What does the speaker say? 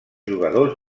jugadors